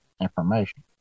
information